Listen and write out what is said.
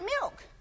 milk